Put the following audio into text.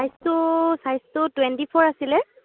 ছাইজটো ছাইজটো twenty four আছিলে